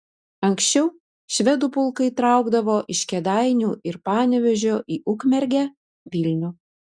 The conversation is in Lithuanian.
anksčiau švedų pulkai traukdavo iš kėdainių ir panevėžio į ukmergę vilnių